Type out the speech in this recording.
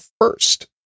first